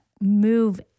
move